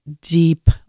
deep